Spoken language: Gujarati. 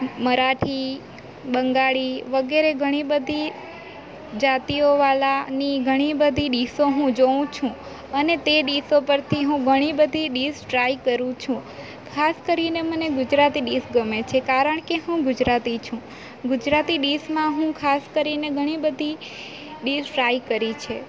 મરાઠી બંગાળી વગેરે ઘણી બધી જાતિઓ વાળાની ઘણી બધી ડીશો હું જોઉં છું અને તે ડીશો પરથી હું ઘણી બધી ડીશ ટ્રાઈ કરું છું ખાસ કરીને મને ગુજરાતી ડીશ ગમે છે કારણ કે હું ગુજરાતી છું ગુજરાતી ડીશમાં હું ખાસ કરીને ઘણી બધી ડીશ ટ્રાઈ કરી છે